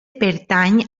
pertany